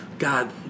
God